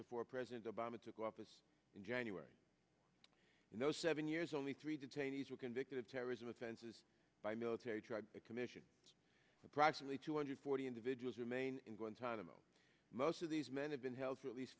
before president obama took office in january in those seven years only three detainees were convicted of terrorism offenses by military trial commission approximately two hundred forty individuals remain in guantanamo most of these men have been held for at least